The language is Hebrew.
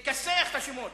לכסח את השמות,